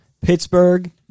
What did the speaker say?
Pittsburgh